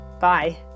Bye